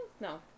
No